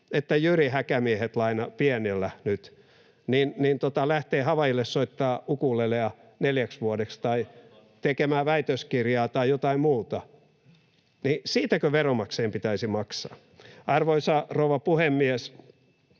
että jyri häkämiehet — pienellä nyt — lähtevät Havaijille soittamaan ukulelea neljäksi vuodeksi tai tekemään väitöskirjaa tai jotain muuta? Siitäkö veronmaksajien pitäisi maksaa? Arvoisa rouva puhemies!